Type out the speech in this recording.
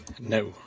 No